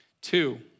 Two